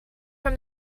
from